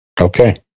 Okay